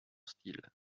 style